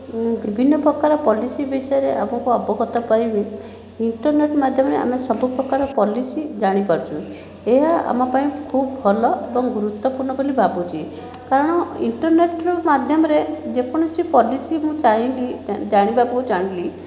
ମୁଁ ବିଭିନ୍ନ ପ୍ରକାର ପଲିସି ବିଷୟରେ ଆମକୁ ଅବଗତ ପାଇଁ ଇଣ୍ଟରନେଟ୍ ମାଧ୍ୟମରେ ଆମେ ସବୁ ପ୍ରକାର ପଲିସି ଜାଣିପାରୁଛୁ ଏହା ଆମ ପାଇଁ ଖୁବ୍ ଭଲ ଏବଂ ଗୁରୁତ୍ୱପୂର୍ଣ୍ଣ ବୋଲି ଭାବୁଛି କାରଣ ଇଣ୍ଟରନେଟ୍ର ମାଧ୍ୟମରେ ଯେକୌଣସି ପଲିସି ମୁଁ ଚାହିଁଲି ଜାଣିବାକୁ ଚାହିଁଲି